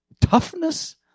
toughness